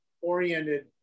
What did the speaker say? oriented